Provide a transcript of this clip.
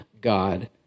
God